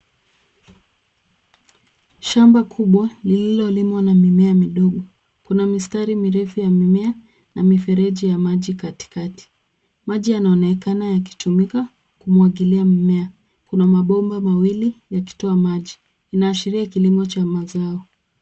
Shamba kubwa lililolimwa na mimea midogo. Kuna mistari mirefu ya mimea na mifereji ya maji katikati. Maji yanaonekana yakitumika kumwagilia mimea. Kuna mabomba mawili yakitoa maji. Inaashiria kilimo cha mazao.